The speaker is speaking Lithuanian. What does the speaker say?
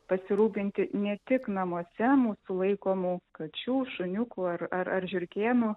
pasirūpinti ne tik namuose mūsų laikomų kačių šuniukų ar ar žiurkėnų